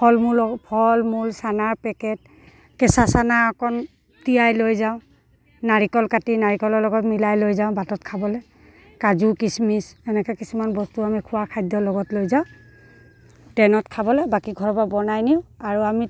ফল মূল ফল মূল চানাৰ পেকেট কেঁচা চানা অকণ তিয়াই লৈ যাওঁ নাৰিকল কাটি নাৰিকলৰ লগত মিলাই লৈ যাওঁ বাটত খাবলৈ কাজু কিচমিচ এনেকৈ কিছুমান বস্তু আমি খোৱাৰ খাদ্য লগত লৈ যাওঁ ট্ৰেইনত খাবলৈ বাকী ঘৰৰপৰা বনাই নিওঁ আৰু আমি